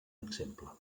exemple